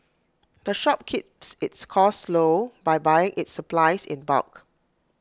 the shop keeps its costs low by buying its supplies in bulk